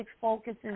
focuses